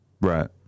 Right